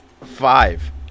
Five